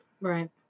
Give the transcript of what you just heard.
Right